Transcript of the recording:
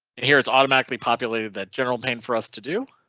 and here is automatically populated that general pain for us to do.